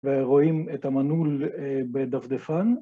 ורואים את המנעול בדפדפן.